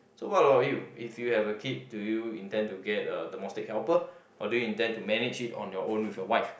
so what about you if you have a kid do you intend to get a domestic helper or do you intend to manage it on your own with your wife